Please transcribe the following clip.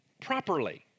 properly